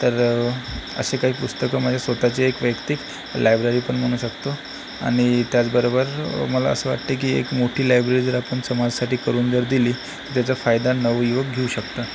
तर अशी काही पुस्तकं माझ्या स्वतःची आहेत वैयक्तिक लायब्ररी पण म्हणू शकतो आणि त्याचबरोबर मला असं वाटते की एक मोठी लायब्ररी आपण समाजासाठी करून जर दिली तर त्याचा फायदा नवयुवक घेऊ शकतात